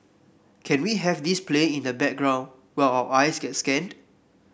can we have this playing in the background while our eyes get scanned